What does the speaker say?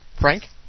Frank